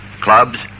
clubs